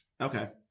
Okay